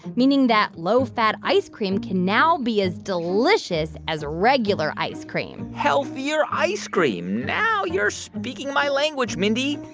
meaning that low-fat ice cream can now be as delicious as regular ice cream healthier ice cream. now you're speaking my language, mindy.